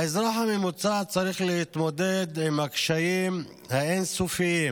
האזרח הממוצע צריך להתמודד עם הקשיים האין-סופיים